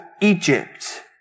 Egypt